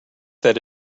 that